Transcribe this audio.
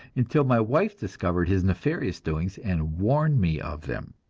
until my wife discovered his nefarious doings, and warned me of them.